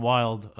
Wild